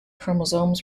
chromosomes